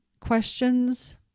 Questions